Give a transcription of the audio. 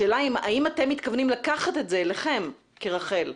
השאלה האם אתם מתכוונים לקחת את זה אליכם כרח"ל?